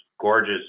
gorgeous